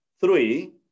Three